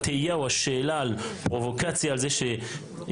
התהייה או השאלה על פרובוקציה על זה שיהודי,